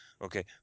Okay